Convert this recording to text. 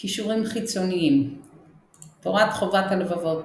קישורים חיצוניים תורת חובת הלבבות,